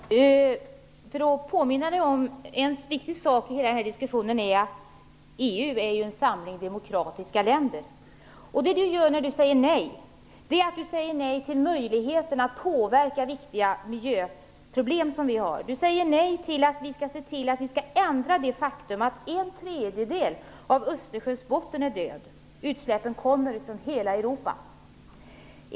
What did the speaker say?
Fru talman! Jag vill påminna Jan Jennehag om en viktigt sak i diskussionen. EU är en samling av demokratiska länder. När Jan Jennehag säger nej säger han nej till möjligheten att lösa viktiga miljöproblem som vi har. Jan Jennehag säger nej till att vi skall ändra det faktum att en tredjedel av Östersjöns botten är död. Utsläppen kommer från hela Europa.